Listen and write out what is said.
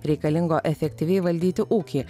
reikalingo efektyviai valdyti ūkį